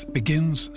begins